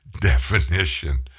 definition